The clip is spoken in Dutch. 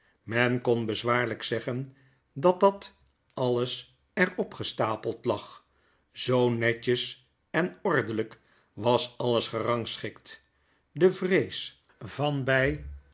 men kon bezwaarlyk zeggen dat dat alles er opgestapeld lag zoo netjes enordelyk was alles gerangschikt de vrees van